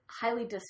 highly